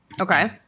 Okay